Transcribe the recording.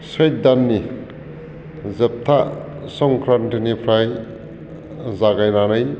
सैत दाननि जोबथा संक्रान्तिनिफ्राय जागायनानै